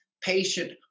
Patient